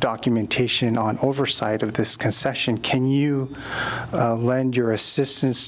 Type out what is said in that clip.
documentation on oversight of this concession can you lend your assistance